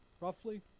roughly